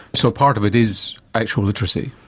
so a part of it is actual literacy.